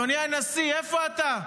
אדוני הנשיא, איפה אתה?